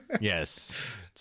Yes